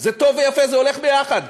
זה טוב ויפה, זה הולך יחד.